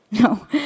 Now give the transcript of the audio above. No